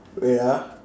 wait ah